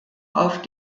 auf